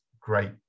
great